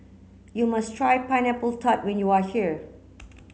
you must try pineapple tart when you are here